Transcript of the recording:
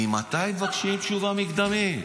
ממתי מבקשים תשובה מקדמית?